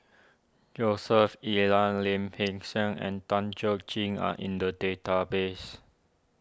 Joseph Elias Lim Peng Siang and Tan Chuan Jin are in the database